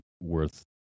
worth